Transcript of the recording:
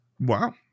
Wow